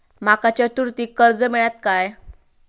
माका चतुर्थीक कर्ज मेळात काय?